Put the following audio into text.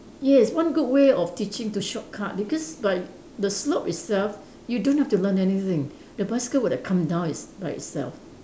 yes one good way of teaching to shortcut because like the slope itself you don't have to learn anything the bicycle would have come down it by itself